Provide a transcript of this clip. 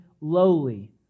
lowly